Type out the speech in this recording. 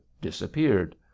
disappeared